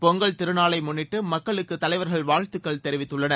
பொங்கல் திருநாளை முன்னிட்டு மக்களுக்கு தலைவர்கள் வாழ்த்துக்கள் தெரிவித்துள்ளனர்